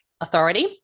authority